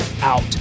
out